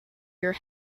your